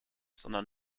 sondern